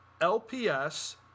LPS